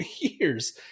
years